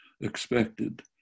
expected